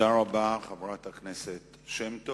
תודה רבה, חברת הכנסת שמטוב.